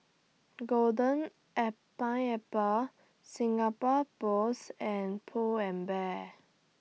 Golden An Pineapple Singapore Post and Pull and Bear